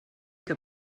que